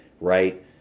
right